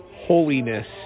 holiness